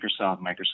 Microsoft